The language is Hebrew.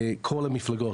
כל המפלגות,